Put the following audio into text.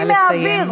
נא לסיים.